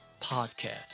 podcast